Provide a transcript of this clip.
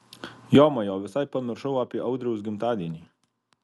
jomajo visai pamiršau apie audriaus gimtadienį